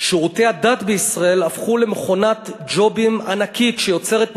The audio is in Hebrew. שירותי הדת בישראל הפכו למכונת ג'ובים ענקית שיוצרת ניכור.